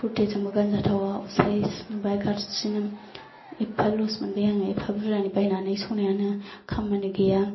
कुर्टिजोंबो गानजाथावा असाइस नुबाय गाज्रिनो एफ्फा लस मोनबाय आङो एफा बुरजानि बायनानै सनायानो खामानि गैया